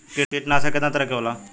कीटनाशक केतना तरह के होला?